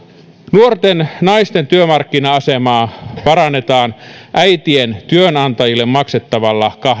nuorten naisten työmarkkina asemaa parannetaan äitien työnantajille maksettavalla